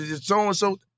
so-and-so